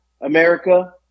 America